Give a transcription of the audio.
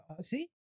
see